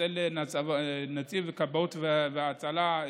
אצל נציב כבאות והצלה,